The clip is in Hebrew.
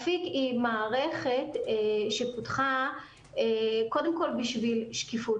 אפיק היא מערכת שפותחה קודם כל בשביל שקיפות